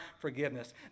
forgiveness